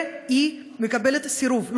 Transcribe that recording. והיא מקבלת סירוב,